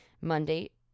Monday